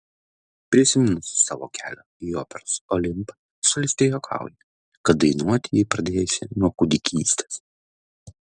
prisiminusi savo kelią į operos olimpą solistė juokauja kad dainuoti ji pradėjusi nuo kūdikystės